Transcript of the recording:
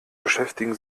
beschäftigen